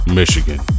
michigan